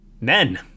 men